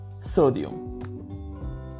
Sodium